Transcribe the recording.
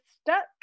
stuck